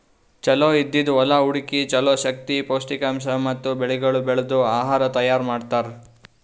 ಚಲೋ ಇದ್ದಿದ್ ಹೊಲಾ ಹುಡುಕಿ ಚಲೋ ಶಕ್ತಿ, ಪೌಷ್ಠಿಕಾಂಶ ಮತ್ತ ಬೆಳಿಗೊಳ್ ಬೆಳ್ದು ಆಹಾರ ತೈಯಾರ್ ಮಾಡ್ತಾರ್